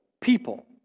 people